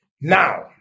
Now